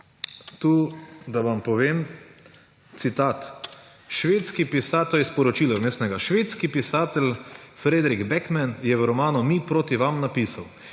Da vam povem citat. Švedski pisatelj, to je sporočilo vmesnega, švedski pisatelj Fredrick Backman, je v romanu Mi proti vam napisal: